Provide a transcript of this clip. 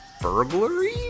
burglary